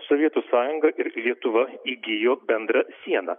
sovietų sąjunga ir lietuva įgijo bendrą sieną